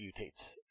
mutates